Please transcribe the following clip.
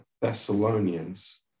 Thessalonians